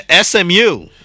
SMU